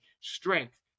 strength